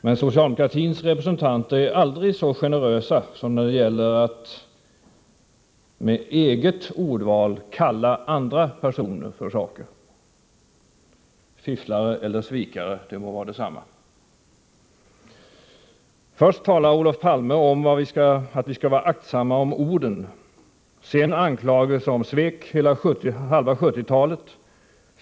Men socialdemokratins representanter är aldrig så generösa som när det gäller att med eget ordval kalla andra personer för saker och ting — fifflare eller svikare, det må vara detsamma. Först talar Olof Palme om att vi skall vara aktsamma med orden. Sedan anklagar han oss för svek under halva 1970-talet.